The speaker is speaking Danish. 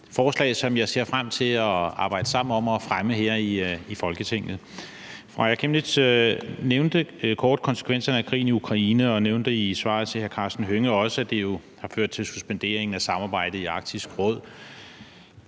forslag, som jeg ser frem til at arbejde sammen om at fremme her i Folketinget. Fru Aaja Chemnitz nævnte kort konsekvenserne af krigen i Ukraine og nævnte i svaret til hr. Karsten Hønge også, at det jo har ført til en suspendering af samarbejdet i Arktisk Råd.